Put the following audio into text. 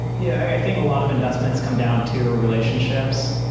yeah i think a lot of investments come down to relationships.